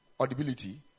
audibility